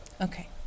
Okay